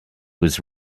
was